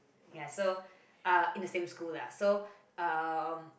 ya so uh in the same school lah so um